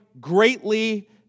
greatly